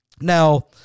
Now